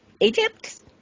Egypt